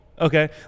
okay